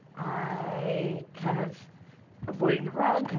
i, kind of avoiding the rug,